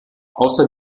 außer